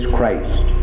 Christ